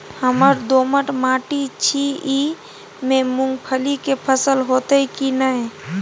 हमर दोमट माटी छी ई में मूंगफली के फसल होतय की नय?